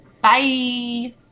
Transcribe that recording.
bye